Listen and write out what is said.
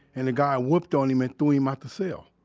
and the guy whooped on him and threw him out the cell.